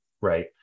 right